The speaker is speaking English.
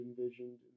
envisioned